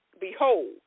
behold